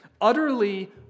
utterly